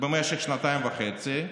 במשך שנתיים וחצי,